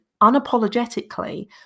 unapologetically